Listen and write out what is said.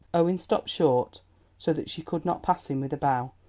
owen stopped short so that she could not pass him with a bow,